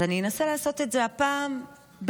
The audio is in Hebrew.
אז אני אנסה לעשות את זה הפעם בפשטות,